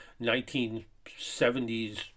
1970s